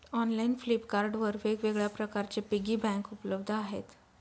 online Flipkart वर वेगवेगळ्या प्रकारचे पिगी बँक उपलब्ध आहेत